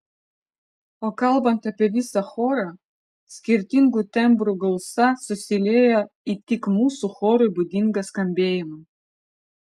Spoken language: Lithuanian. o kalbant apie visą chorą skirtingų tembrų gausa susilieja į tik mūsų chorui būdingą skambėjimą